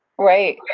right.